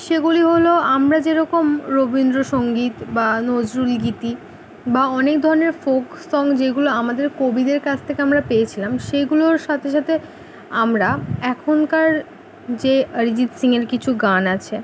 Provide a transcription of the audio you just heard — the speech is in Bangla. সেগুলি হলো আমরা যেরকম রবীন্দ্র সংগীত বা নজরুলগীতি বা অনেক ধরনের ফোক সং যেগুলো আমাদের কবিদের কাছ থেকে আমরা পেয়েছিলাম সেগুলোর সাথে সাথে আমরা এখনকার যে আরিজিৎ সিংয়ের কিছু গান আছে